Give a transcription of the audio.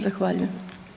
Zahvaljujem.